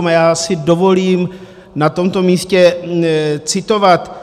A já si dovolím na tomto místě citovat.